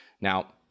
Now